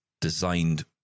designed